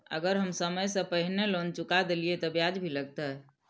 अगर हम समय से पहले लोन चुका देलीय ते ब्याज भी लगते?